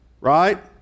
right